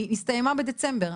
היא הסתיימה בדצמבר.